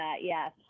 Yes